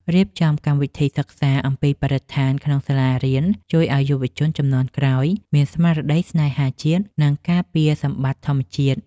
រៀបចំកម្មវិធីសិក្សាអំពីបរិស្ថានក្នុងសាលារៀនជួយឱ្យយុវជនជំនាន់ក្រោយមានស្មារតីស្នេហាជាតិ និង ការពារសម្បត្តិធម្មជាតិ។